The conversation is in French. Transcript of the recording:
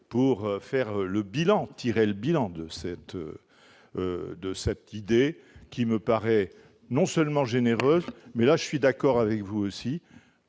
le bilan de cette, de cette idée qui me paraît non seulement généreuse mais là je suis d'accord avec vous aussi